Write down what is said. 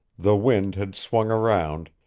the wind had swung around,